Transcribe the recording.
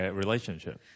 relationship 。